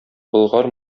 болгар